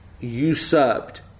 usurped